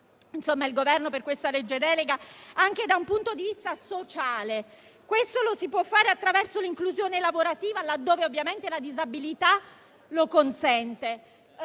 ringrazio il Governo per questo disegno di legge delega - anche da un punto di vista sociale. Lo si può fare attraverso l'inclusione lavorativa laddove ovviamente la disabilità lo consenta.